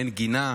אין גינה.